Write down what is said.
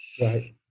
Right